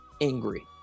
Angry